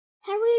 Harry